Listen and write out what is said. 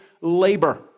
Labor